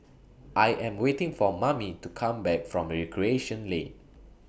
I Am waiting For Mamie to Come Back from Recreation Lane